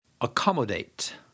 Accommodate